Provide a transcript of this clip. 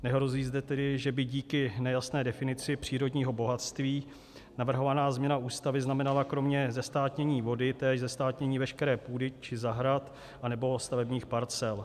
Nehrozí zde tedy, že by díky nejasné definici přírodního bohatství navrhovaná změna Ústavy znamenala kromě zestátnění vody též zestátnění veškeré půdy či zahrad anebo stavebních parcel.